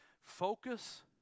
focus